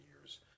years